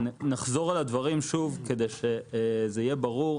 נחזור על הדברים שוב כדי שזה יהיה ברור.